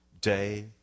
day